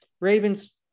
Ravens